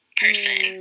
person